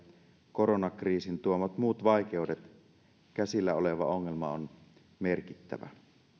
koronakriisin tuomat muut vaikeudet käsillä oleva ongelma on merkittävä